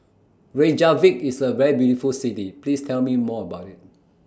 Reykjavik IS A very beautiful City Please Tell Me More about IT